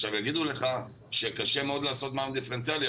עכשיו יגידו לך שקשה מאוד לעשות מע"מ דיפרנציאלי,